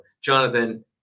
Jonathan